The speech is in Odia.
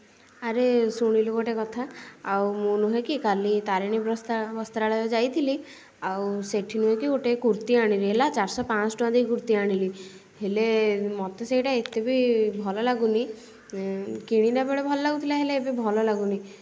ଆରେ ଶୁଣିଲୁ ଗୋଟେ କଥା ଆଉ ମୁଁ ନୁହେଁ କି କାଲି ତାରିଣୀ ବସ୍ତ୍ରା ବସ୍ତ୍ରାଳୟ ଯାଇଥିଲି ଆଉ ସେଇଠି ନୁହେଁ କି ଗୋଟେ କୁର୍ତ୍ତୀ ଆଣିଲି ହେଲା ଚାରିଶହ ପାଞ୍ଚଶହ ଟଙ୍କା ଦେଇକି କୁର୍ତ୍ତୀ ଆଣିଲି ହେଲେ ମୋତେ ସେଇଟା ଏତେ ବି ଭଲ ଲାଗୁନି କିଣିଲା ବେଳେ ଭଲ ଲାଗୁଥିଲା ହେଲେ ଏବେ ଭଲ ଲାଗୁନି